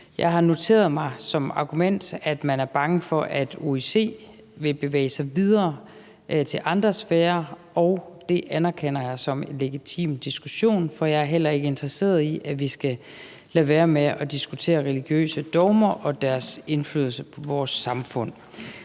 »Jeg har noteret mig som argument, at man er bange for, om OIC vil bevæge sig videre til andre sfærer, og det anerkender jeg som en legitim diskussion. For jeg er heller ikke interesseret i, at vi skal lade være med at diskutere religiøse dogmer og deres indflydelse på vores samfund.«